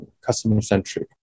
customer-centric